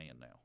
now